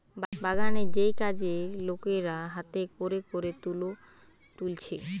বাগানের যেই কাজের লোকেরা হাতে কোরে কোরে তুলো তুলছে